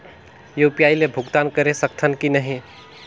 UPI ले भुगतान करे सकथन कि नहीं?